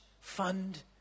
fund